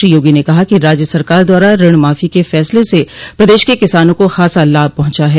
श्री योगी ने कहा कि राज्य सरकार द्वारा ऋण माफो के फसले से प्रदेश के किसानों को खासा लाभ पहुंचा है